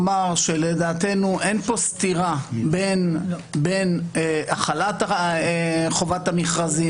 לדעתנו אין פה סתירה בין החלת חובת המכרזים